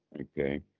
Okay